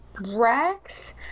rex